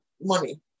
money